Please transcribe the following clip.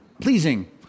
pleasing